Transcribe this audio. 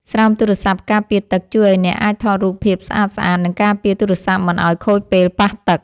ស្រោមទូរស័ព្ទការពារទឹក ជួយឱ្យអ្នកអាចថតរូបភាពស្អាតៗ និងការពារទូរស័ព្ទមិនឱ្យខូចពេលប៉ះទឹក។